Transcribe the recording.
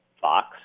Fox